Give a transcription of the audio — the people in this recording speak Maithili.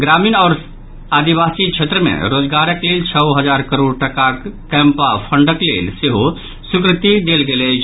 ग्रामीण आओर आदिवासी क्षेत्र मे रोजगारक लेल छओ हजार करोड़ टाकाक कैंपा फंडक लेल सेहो स्वीकृति देल गेल अछि